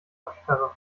absperre